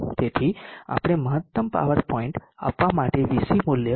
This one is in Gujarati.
તેથી આપણે મહત્તમ પાવર પોઇન્ટ આપવા માટે VC મૂલ્ય 0